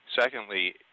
Secondly